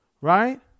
right